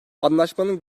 anlaşmanın